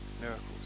miracles